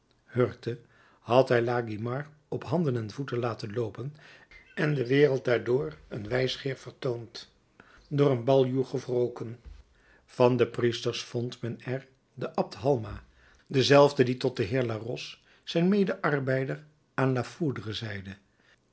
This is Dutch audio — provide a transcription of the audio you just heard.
hurkte had hij la guimard op handen en voeten laten loopen en de wereld daardoor een wijsgeer vertoond door een baljuw gewroken van de priesters vond men er den abt halma denzelfden die tot den heer larose zijn medearbeider aan la foudre